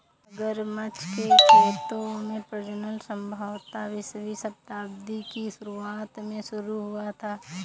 मगरमच्छ के खेतों में प्रजनन संभवतः बीसवीं शताब्दी की शुरुआत में शुरू हुआ था